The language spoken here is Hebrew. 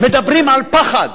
מדברים על פחד,